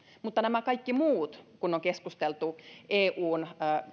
mutta nämä kaikki muut kun on keskusteltu eun